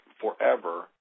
forever